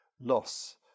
loss